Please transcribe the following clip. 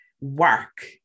work